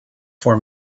for